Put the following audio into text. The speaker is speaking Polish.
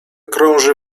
krąży